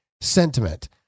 sentiment